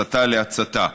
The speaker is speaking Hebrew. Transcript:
הסתה להצתה.